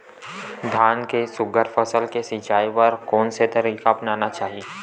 धान के सुघ्घर फसल के सिचाई बर कोन से तरीका अपनाना चाहि?